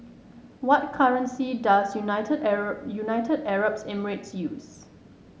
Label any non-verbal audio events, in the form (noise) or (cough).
what currency does United (unintelligible) United Arab Emirates use